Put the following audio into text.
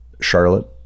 Charlotte